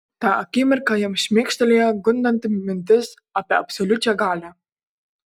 tą akimirką jam šmėkštelėjo gundanti mintis apie absoliučią galią